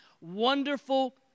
wonderful